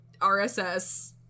RSS